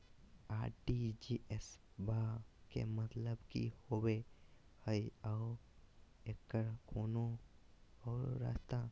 RTGS बा के मतलब कि होबे हय आ एकर कोनो और रस्ता?